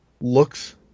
looks